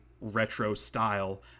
retro-style